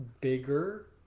bigger